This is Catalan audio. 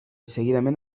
seguidament